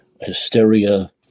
hysteria